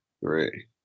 three